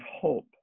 hope